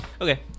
Okay